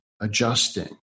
adjusting